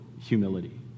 humility